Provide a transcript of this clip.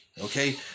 okay